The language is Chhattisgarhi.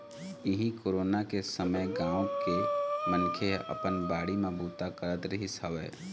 इहीं कोरोना के समे गाँव के मनखे ह अपन बाड़ी म बूता करत रिहिस हवय